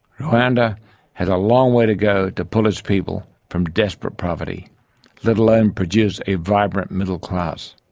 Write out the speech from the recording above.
rwanda has a long way to go to pull its people from desperate poverty let alone produce a vibrant middle class